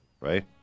right